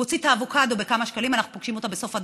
הוא מוציא את האבוקדו בכמה שקלים ואנחנו פוגשים אותו בסוף הדרך,